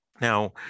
Now